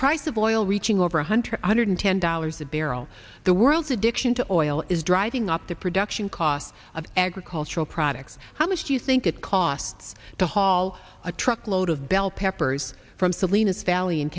price of oil reaching over one hundred hundred ten dollars a barrel the world's addiction to oil is driving up the production costs of agricultural products how much do you think it costs to haul a truckload of bell peppers from salinas valley in